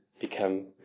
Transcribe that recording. become